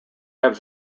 have